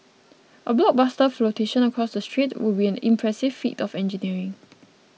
a blockbuster flotation across the strait would be an impressive feat of engineering